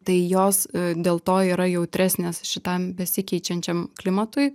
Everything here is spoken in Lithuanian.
tai jos dėl to yra jautresnės šitam besikeičiančiam klimatui